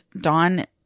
Dawn